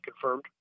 confirmed